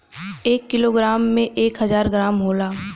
एक किलोग्राम में एक हजार ग्राम होला